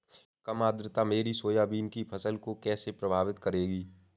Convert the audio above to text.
कम आर्द्रता मेरी सोयाबीन की फसल को कैसे प्रभावित करेगी?